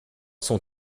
son